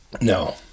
No